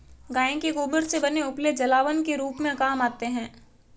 गाय के गोबर से बने उपले जलावन के रूप में काम आते हैं